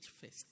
first